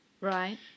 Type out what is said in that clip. Right